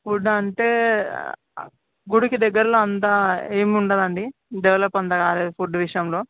food అంటే గుడికి దగ్గరలో అంత ఏం ఉండదండి డెవలప్ అంత కాలేదు ఫుడ్ విషయంలో